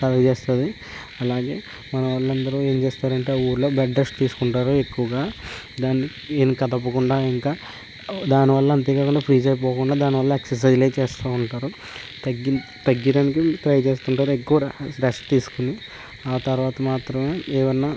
కలుగజేస్తుంది అలాగే మన వాళ్ళు అందరూ ఏం చేస్తారంటే ఊళ్ళో బెడ్ రెస్ట్ తీసుకుంటారు ఎక్కువగా దాన్ని ఏమి కదపకుండా ఇంకా దానివల్ల అంతేకాకుండా ఫ్రీజ్ అయిపోకుండా దానివల్ల ఎక్సర్సైజ్లు అవీ చేస్తూ ఉంటారు తగ్గే తగ్గేదానికి ట్రై చేస్తూ ఉంటారు ఎక్కువ రెస్ట్ తీసుకొని ఆ తరువాత మాత్రమే ఏమైనా